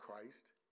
Christ